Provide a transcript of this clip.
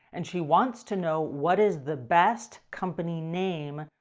and she wants to know what is the best company name,